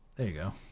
there you go.